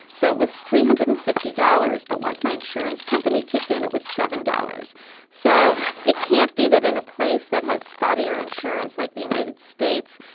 so it was three hundred and fifty dollars but once my insurance company kicked in it was seven dollars so it can't be that in a place that has spotty or insurance like the united states.